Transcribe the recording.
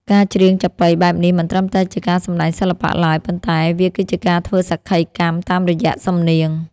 ការច្រៀងចាប៉ីបែបនេះមិនត្រឹមតែជាការសម្តែងសិល្បៈឡើយ ប៉ុន្តែវាគឺជាការធ្វើសក្ខីកម្មតាមរយ:សំនៀង។